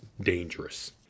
Dangerous